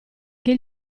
che